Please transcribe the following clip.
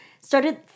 started